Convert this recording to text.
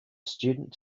student